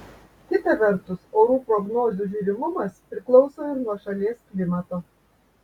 kita vertus orų prognozių žiūrimumas priklauso ir nuo šalies klimato